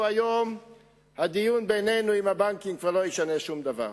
היום הדיון בינינו לבנקים כבר לא ישנה שום דבר.